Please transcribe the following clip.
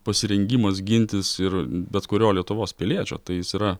pasirengimas gintis ir bet kurio lietuvos piliečio tai jis yra